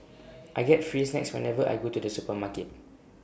I get free snacks whenever I go to the supermarket